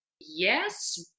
Yes